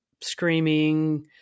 screaming